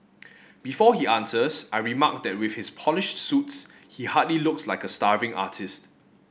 before he answers I remark that with his polished suits he hardly looks like a starving artist